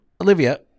Olivia